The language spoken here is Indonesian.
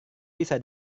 bisa